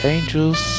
Angel's